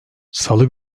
salı